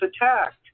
attacked